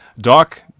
Doc